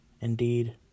indeed